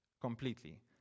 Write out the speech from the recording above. completely